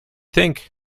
think